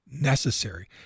necessary